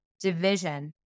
division